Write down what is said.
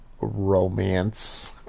romance